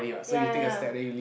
ya ya ya